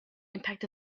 impact